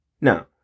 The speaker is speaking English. Now